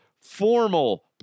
formal